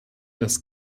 ist